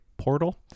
Portal